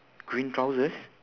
green trousers